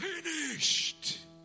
finished